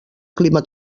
clima